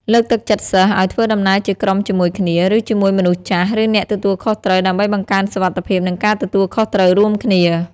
លើកទឹកចិត្តសិស្សឱ្យធ្វើដំណើរជាក្រុមជាមួយគ្នា ឬជាមួយមនុស្សចាស់ ឬអ្នកទទួលខុសត្រូវ ដើម្បីបង្កើនសុវត្ថិភាព និងការទទួលខុសត្រូវរួមគ្នា។